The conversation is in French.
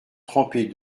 trempées